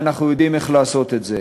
ואנחנו יודעים איך לעשות את זה.